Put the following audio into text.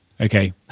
Okay